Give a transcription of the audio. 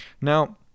Now